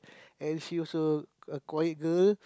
and she also a quiet girl